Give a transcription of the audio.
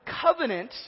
covenant